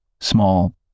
small